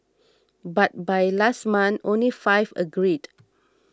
but by last month only five agreed